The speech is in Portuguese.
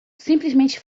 simplesmente